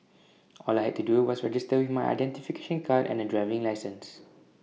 all I had to do was register with my identification card and A driving licence